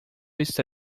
está